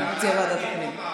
אתה מציע ועדת הפנים.